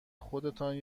خودتان